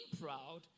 proud